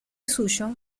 suyo